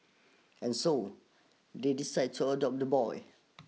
and so they decide to adopt the boy